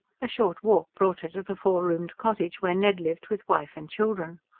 a short walk brought her to the four-roomed cottage where ned lived with wife and children.